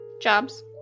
Jobs